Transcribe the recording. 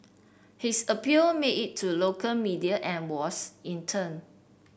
his appeal made it to local media and was in turn